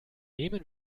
nehmen